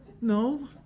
No